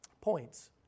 points